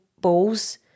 balls